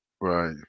Right